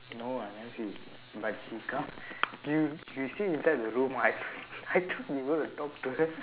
no I never see but she come you you see inside the room I thought I thought you want to talk to her